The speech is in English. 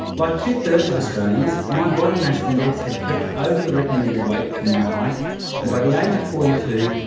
like two thirds of australians, my body mass index had crept over the recommended weight for my height and by the age of forty two,